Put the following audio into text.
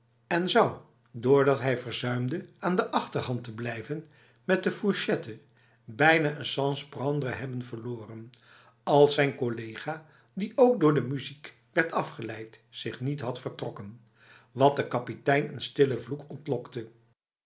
en zou doordat hij verzuimde aan de achterhand te blijven met de fourchette bijna een sans prendre hebben verloren als zijn collega die ook door de muziek werd afgeleid zich niet had vertrokken wat de kapitein een stille vloek ontlokte